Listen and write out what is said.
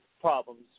problems